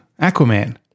Aquaman